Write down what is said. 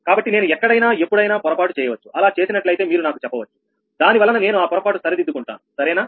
కాబట్టి నేను ఎక్కడైనా ఎప్పుడైనా పొరపాటు చేయవచ్చు అలా చేసినట్లయితే మీరు నాకు చెప్పవచ్చు దాని వలన నేను ఆ పొరపాటు సరిదిద్దుకుంటాను సరేనా